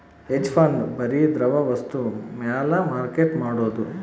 hedge fund ಬರಿ ದ್ರವ ವಸ್ತು ಮ್ಯಾಲ ಮಾರ್ಕೆಟ್ ಮಾಡೋದು